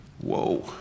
Whoa